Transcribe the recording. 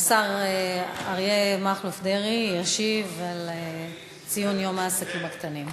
השר אריה מכלוף דרעי ישיב על ציון יום העסקים הקטנים,